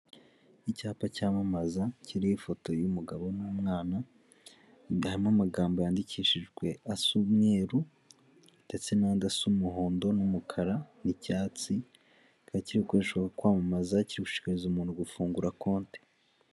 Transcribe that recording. Icyapa cyamamaza kiriho ifoto y'umugabo n'umwana harimo amagambo yandikishijwe asa umweru ndetse n'andi asa umuhondo n'umukara, n'icyatsi, cyari kiri gukoreshwa cyamamaza kiri gushishikariza umuntu gufungura konti.